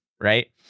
right